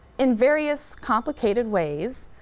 in various complicated ways,